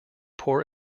poor